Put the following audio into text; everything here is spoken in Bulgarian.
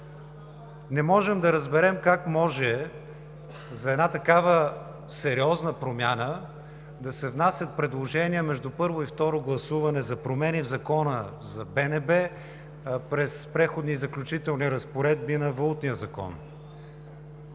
Не можем да разберем как може за една такава сериозна промяна да се внасят предложения между първо и второ гласуване за промени в Закона за БНБ през Преходни и заключителни разпоредби на Валутния закон?